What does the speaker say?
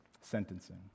sentencing